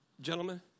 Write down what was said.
Gentlemen